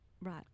Right